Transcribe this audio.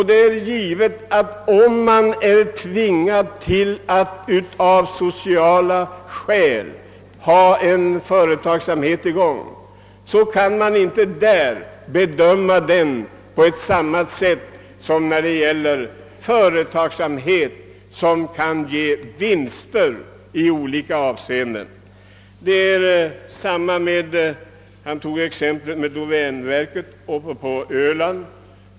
Det är givet att eftersom samhället är tvingat att av sociala skäl driva en verksamhet så kan inte denna verksamhet bedömas på samma sätt som en företagsamhet som skall ge vinster. Den föregående talaren tog även upp exemplet med vad domänverket har gjort på Öland.